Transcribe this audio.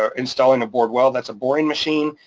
ah installing a bored well. that's a boring machine.